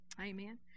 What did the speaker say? amen